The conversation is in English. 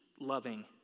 loving